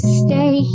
stay